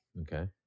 okay